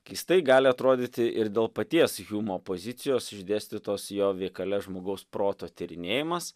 keistai gali atrodyti ir dėl paties hjumo pozicijos išdėstytos jo veikale žmogaus proto tyrinėjimas